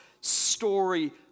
story